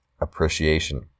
appreciation